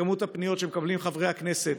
כמות הפניות שמקבלים חברי הכנסת,